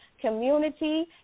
community